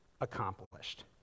accomplished